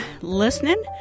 listening